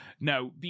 No